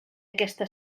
aquesta